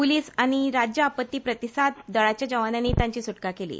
पूलिस आनी राज्य आपत्ती प्रतिसाद दळाच्या जवानांनी तांची सुटका केली